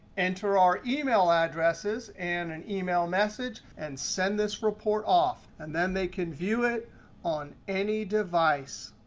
enter our email addresses, and an email message, and send this report off. and then they can view it on any device.